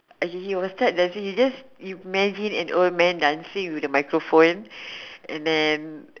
he will start dancing just imagine a old man start dancing with a microphone and then